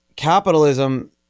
capitalism